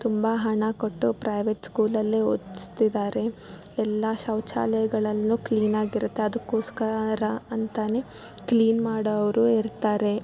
ತುಂಬ ಹಣ ಕೊಟ್ಟು ಪ್ರೈವೇಟ್ ಸ್ಕೂಲಲ್ಲಿ ಓದಿಸ್ತಿದ್ದಾರೆ ಎಲ್ಲ ಶೌಚಾಲಯಗಳನ್ನು ಕ್ಲೀನ್ ಆಗಿರುತ್ತೆ ಅದಕ್ಕೋಸ್ಕರ ಅಂತೆಯೇ ಕ್ಲೀನ್ ಮಾಡೋವರು ಇರ್ತಾರೆ